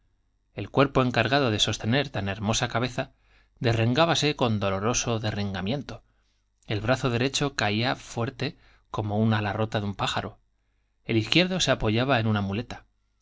el cuerpo encargado de sostener tan hermosa cabeza derrengábase eón doloroso derrengamiento el brazo derecho caía inerte como el ala rota de un pájaro el izquierdo se apoyaba en una muleta